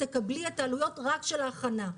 תקבלי את העלויות רק של ההכנה.